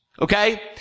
okay